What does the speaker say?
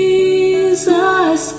Jesus